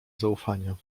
zaufania